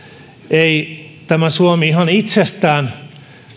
ei tämä suomi ihan itsestään